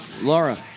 Laura